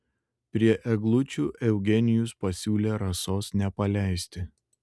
prie eglučių eugenijus pasiūlė rasos nepaleisti